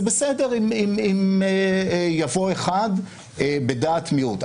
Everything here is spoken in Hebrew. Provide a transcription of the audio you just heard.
זה בסדר אם יבוא אחד בדעת מיעוט.